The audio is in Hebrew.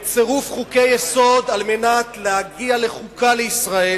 בצירוף חוקי-יסוד על מנת להגיע לחוקה לישראל,